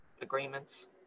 agreements